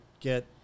get